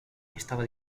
estaba